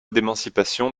d’émancipation